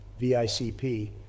VICP